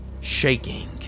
shaking